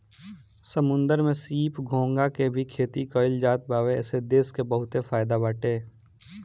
समुंदर में सीप, घोंघा के भी खेती कईल जात बावे एसे देश के बहुते फायदा बाटे